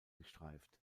gestreift